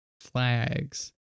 flags